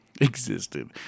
existed